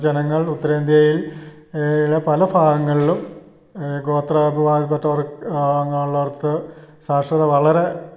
ജനങ്ങൾ ഉത്തരേന്ത്യയിൽ ഉള്ള പല ഭാഗങ്ങളിലും ഗോത്രവിഭാഗത്തിൽപ്പെട്ടവർക്ക് അങ്ങനെയുള്ളവർക്ക് സാക്ഷരത വളരെ